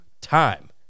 time